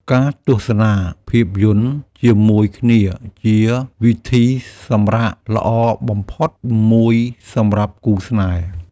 ការទស្សនាភាពយន្តជាមួយគ្នាជាវិធីសម្រាកល្អបំផុតមួយសម្រាប់គូស្នេហ៍។